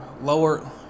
Lower